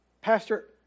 Pastor